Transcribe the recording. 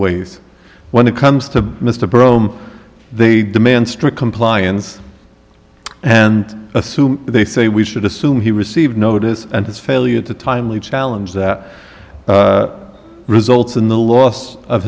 ways when it comes to mr broom they demand strict compliance and assume they say we should assume he received notice and his failure to timely challenge that results in the loss of